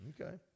okay